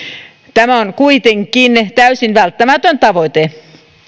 tämä on kuitenkin täysin välttämätön tavoite